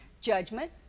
Judgment